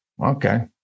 Okay